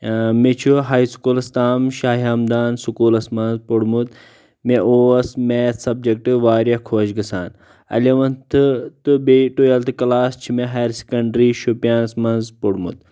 مے چھ ہاے سکولس تام شاہ ہمدان سکولس منز پورمُت مےٚ اوس میتھ سبجگٹ واریاہ خۄش گژھان ایلیونتھ تہِ بیٚیہِ ٹویلتھ کلاس چھ مےٚ ہایر سکنٹری شپینس منز پوٚرمُت